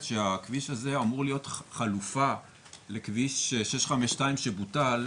שהכביש הזה אמור להיות חלופה לכביש 652 שבוטל,